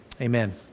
amen